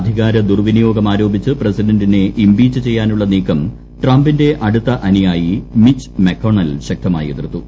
അധികാര ദുർവിനിയോഗം ആരോപിച്ച് പ്രസിഡന്റിനെ ഇംപീച്ച് ചെയ്യാനുള്ള നീക്കം ട്രംപിന്റെ അടുത്ത അനുയായി മിച്ച് മക്കൊണെൽ ശക്തമായി എതിർത്തു